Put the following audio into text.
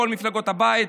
מכל מפלגות הבית.